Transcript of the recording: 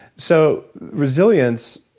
so resilience,